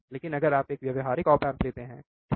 लेकिन अगर आप एक व्यावहारिक ऑप एम्प लेते हैं ठीक